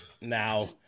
now